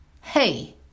Hey